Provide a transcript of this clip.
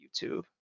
YouTube